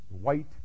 white